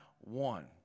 one